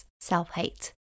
self-hate